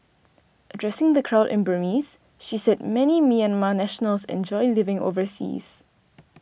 addressing the crowd in Burmese she said many Myanmar nationals enjoy living overseas